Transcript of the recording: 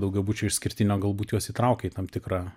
daugiabučio išskirtinio galbūt juos įtraukė į tam tikrą